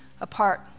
apart